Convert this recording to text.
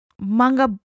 Manga